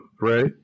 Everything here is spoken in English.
right